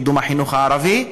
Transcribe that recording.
קידום החינוך הערבי,